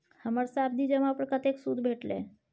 हमर सावधि जमा पर कतेक सूद भेटलै?